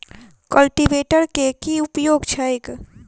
Cultivator केँ की उपयोग छैक?